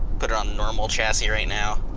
put it on normal chassis right now.